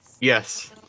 Yes